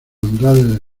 andrade